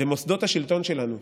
ומוסדות השלטון שלנו,